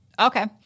Okay